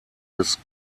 des